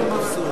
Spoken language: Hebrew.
אתה מתנצל?